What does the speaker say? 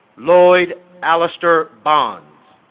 lloyd aleister bonds